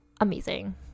Amazing